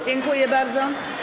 Dziękuję bardzo.